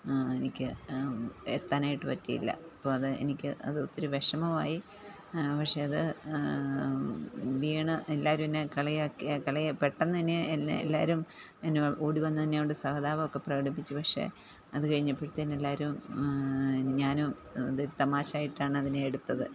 എനിക്ക് എത്താനായിട്ട് പറ്റിയില്ല അപ്പോഴത് എനിക്ക് അത് ഒത്തിരി വിഷമമായി പക്ഷെ അത് വീണ് എല്ലാവരും എന്നെ കളിയാക്കി കളിയാ പെട്ടെന്നുതന്നെ എല്ലാവരും എന്നെ ഓടി വന്ന് എന്നോട് സഹതാപമൊക്കെ പ്രകടിപ്പിച്ചു പക്ഷെ അത് കഴിഞ്ഞപ്പോഴത്തേന് എല്ലാവരും ഞാനും ഇത് തമാശായിട്ടാണതിനെ എടുത്തത്